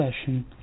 session